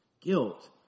guilt